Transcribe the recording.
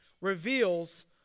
reveals